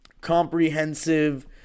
comprehensive